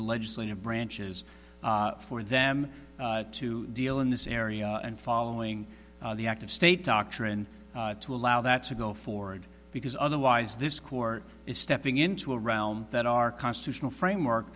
and legislative branches for them to deal in this area and following the act of state doctrine to allow that to go forward because otherwise this court is stepping into a realm that our constitutional framework